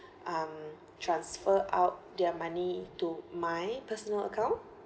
um transfer out their money to my personal account